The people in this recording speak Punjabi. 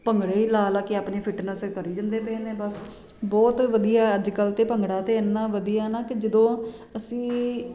ਭੰਗੜੇ ਲਾ ਲਾ ਕੇ ਆਪਣੇ ਫਿਟਨੈਸ ਕਰੀ ਜਾਂਦੇ ਪਏ ਨੇ ਬਸ ਬਹੁਤ ਵਧੀਆ ਅੱਜ ਕੱਲ੍ਹ ਅਤੇ ਭੰਗੜਾ ਤਾਂ ਇੰਨਾਂ ਵਧੀਆ ਨਾ ਕਿ ਜਦੋਂ ਅਸੀਂ